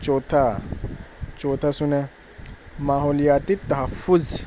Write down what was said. چوتھا چوتھا سنیں ماحولیاتی تحفظ